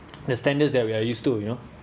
the standards that we are used to you know